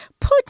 put